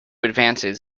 advances